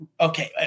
Okay